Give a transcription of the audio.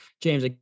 James